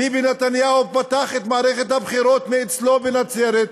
ביבי נתניהו פתח את מערכת הבחירות מאצלו בנצרת,